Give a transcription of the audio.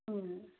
ꯎꯝ